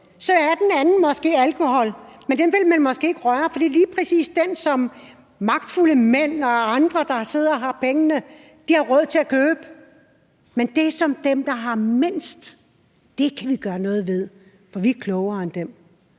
er den anden måske alkohol. Men den vil man måske ikke røre, fordi det lige præcis er den, som magtfulde mænd og andre, der sidder og har pengene, har råd til at købe, mens det, som vedrører dem, der har mindst, kan vi gøre noget ved, for vi er klogere end dem.